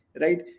right